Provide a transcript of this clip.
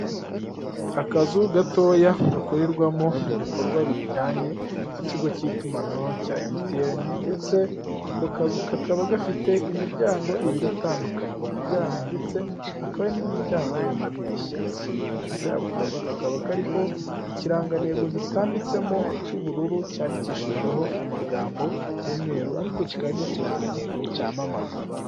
Akazu gatoya gakorerwamo ibikorwa bijyanye n'ikigo cy'itumanaho cya MTN ndetse ako kazu kakaba gafite imiryango ibiri itandukanye, imiryango ndetse akaba n'imiryango y'amadirishya ndetse ako kazu kakaba kariho ikirangantego gitambitsemo cy'ubururu cyandikishijweho amagambo y'umweru, ariko kikaba n'ikirangantego cy'amamaza.